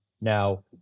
now